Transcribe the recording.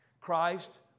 Christ